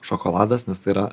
šokoladas nes tai yra